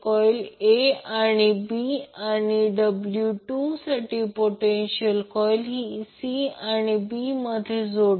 त्याचप्रमाणे वरची phase b साठी Ib 100 अँगल 120 o 10 j 5 8